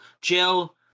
jill